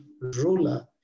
ruler